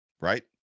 right